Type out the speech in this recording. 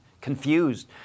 confused